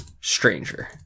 stranger